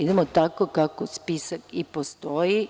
Idemo tako kako spisak i postoji.